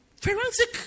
Forensic